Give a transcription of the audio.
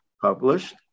published